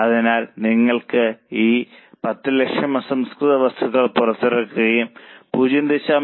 അതിനാൽ നിങ്ങൾ ഈ 100000 അസംസ്കൃത വസ്തുക്കൾ പുറത്തിറക്കിയാൽ 0